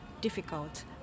difficult